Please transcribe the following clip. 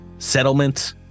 settlement